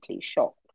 shocked